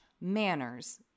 manners